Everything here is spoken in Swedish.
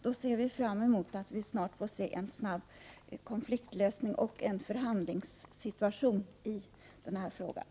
Därför ser vi fram mot att det blir en snar lösning av konflikten och att det kommer förhandlingar till stånd.